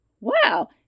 Wow